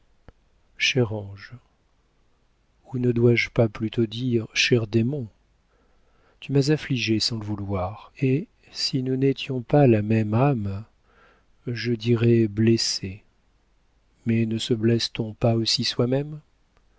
ne dois-je pas plutôt dire cher démon tu m'as affligée sans le vouloir et si nous n'étions pas la même âme je dirais blessée mais ne se blesse t on pas aussi soi-même